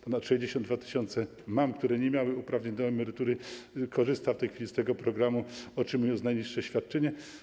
Ponad 62 tys. mam, które nie miały uprawnień do emerytury, korzysta w tej chwili z tego programu, otrzymując najniższe świadczenie.